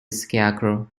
scarecrow